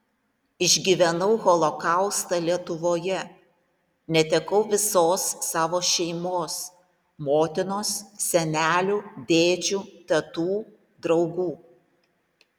išgyvenau holokaustą lietuvoje netekau visos savo šeimos motinos senelių dėdžių tetų draugų